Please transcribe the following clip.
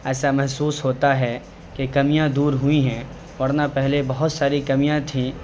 ایسا محسوس ہوتا ہے کہ کمیاں دور ہوئی ہیں ورنہ پہلے بہت ساری کمیاں تھیں